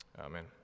Amen